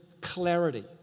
clarity